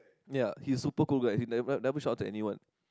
ya he's super cool guy he never never shouted at anyone